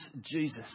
Jesus